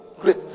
great